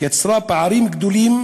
יצרה פערים גדולים